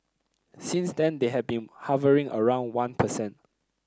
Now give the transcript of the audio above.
since then they have been hovering around one percent